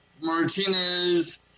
Martinez